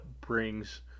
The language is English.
brings